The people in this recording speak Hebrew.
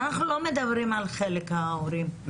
אנחנו לא מדברים על חלק ההורים,